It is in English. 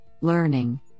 learning